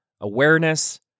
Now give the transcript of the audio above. Awareness